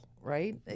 right